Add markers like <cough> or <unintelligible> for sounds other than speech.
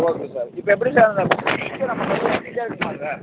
okay sir இப்போ எப்படி sir அந்த <unintelligible> ஈஸியாக இருக்குமா சார்